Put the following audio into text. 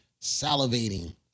salivating